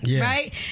right